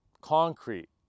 concrete